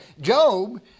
Job